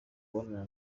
kubonana